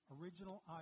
original